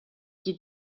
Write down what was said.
qui